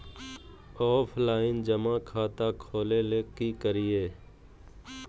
Offline जमा खाता खोले ले की करिए?